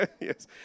yes